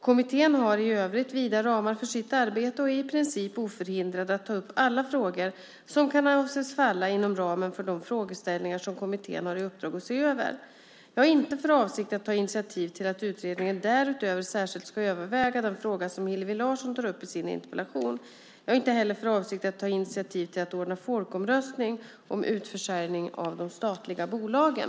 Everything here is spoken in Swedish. Kommittén har i övrigt vida ramar för sitt arbete och är i princip oförhindrad att ta upp alla frågor som kan anses falla inom ramen för de frågeställningar som kommittén har i uppdrag att se över. Jag har inte för avsikt att ta initiativ till att utredningen därutöver särskilt ska överväga den fråga som Hillevi Larsson tar upp i sin interpellation. Jag har heller inte för avsikt att ta initiativ till att anordna folkomröstning om utförsäljning av de statliga bolagen.